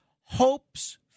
hopes